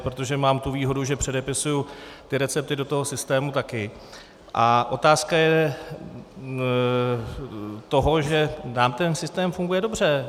Protože mám tu výhodu, že předepisuji ty recepty do toho systému taky, a otázka je, že nám ten systém funguje dobře.